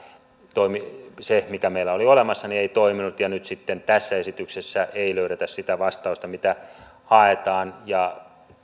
se mikä meillä oli olemassa ei toiminut ja nyt sitten tässä esityksessä ei löydetä sitä vastausta mitä haetaan